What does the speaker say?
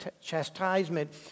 chastisement